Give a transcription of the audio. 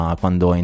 quando